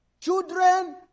Children